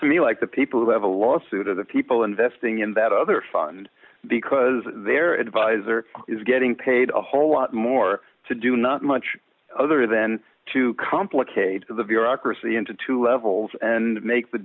to me like the people who have a lawsuit or the people investing in that other fund because they're advisor is getting paid a whole lot more to do not much other than to complicate the bureaucracy into two levels and make the